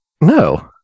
no